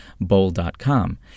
Bowl.com